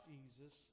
Jesus